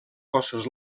cossos